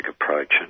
approach